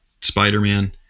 Spider-Man